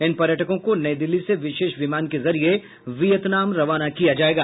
इन पर्यटकों को नई दिल्ली से विशेष विमान के जरिये वियतनाम रवाना किया जायेगा